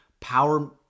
power